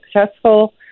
successful